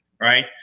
Right